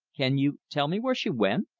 can you tell me where she went?